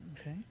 Okay